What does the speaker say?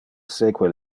seque